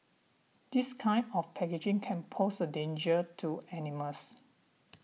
this kind of packaging can pose a danger to animals